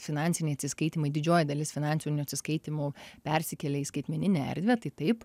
finansiniai atsiskaitymai didžioji dalis finansinių atsiskaitymų persikėlė į skaitmeninę erdvę tai taip